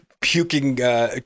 puking